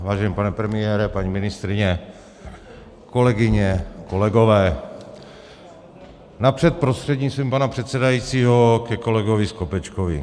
Vážený pane premiére, paní ministryně, kolegyně, kolegové, napřed prostřednictvím pana předsedajícího ke kolegovi Skopečkovi.